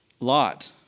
Lot